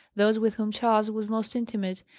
those with whom charles was most intimate,